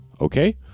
Okay